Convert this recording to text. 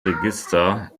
register